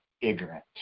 ignorant